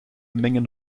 mengen